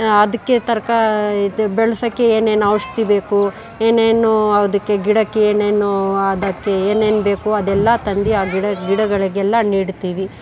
ಅದಕ್ಕೆ ತರ್ಕ ಇದು ಬೆಳೆಸಕ್ಕೆ ಏನೇನು ಔಷಧಿ ಬೇಕು ಏನೇನು ಅದಕ್ಕೆ ಗಿಡಕ್ಕೆ ಏನೇನು ಅದಕ್ಕೆ ಏನೇನು ಬೇಕು ಅದೆಲ್ಲ ತಂದು ಆ ಗಿಡ ಗಿಡಗಳಿಗೆಲ್ಲ ನೀಡ್ತೀವಿ